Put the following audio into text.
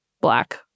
black